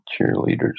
cheerleaders